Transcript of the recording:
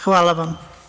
Hvala vam.